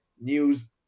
news